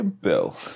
bill